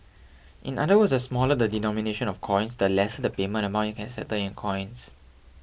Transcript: in other words the smaller the denomination of coins the lesser the payment amount you can settle in coins